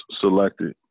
selected